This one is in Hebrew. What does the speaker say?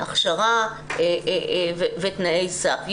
הכשרה ותנאי סף.